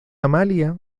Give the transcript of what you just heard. amalia